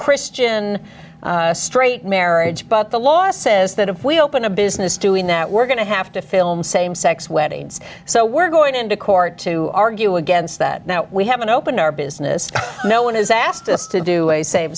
christian straight marriage but the law says that if we open a business doing that we're going to have to film same sex weddings so we're going into court to argue against that now we haven't opened our business no one has asked us to do a same